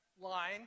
line